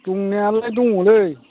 दंनायालाय दङलै